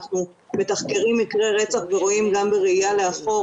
אנחנו מתחקרים מקרי רצח ורואים גם בראייה לאחור